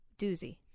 Doozy